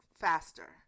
faster